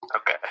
Okay